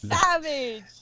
savage